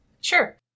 sure